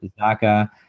Zaka